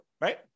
right